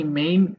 main